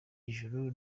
ijuru